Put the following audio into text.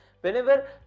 Whenever